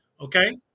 okay